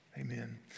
Amen